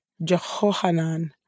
Jehohanan